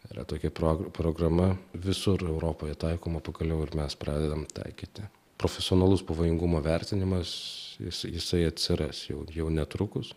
yra tokia prog programa visur europoje taikoma pagaliau ir mes pradedam taikyti profesionalus pavojingumo vertinimas jisai atsiras jau jau netrukus